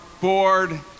board